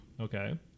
Okay